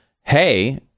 hey